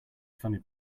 funded